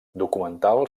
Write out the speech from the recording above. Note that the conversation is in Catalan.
documental